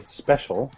special